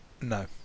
No